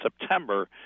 September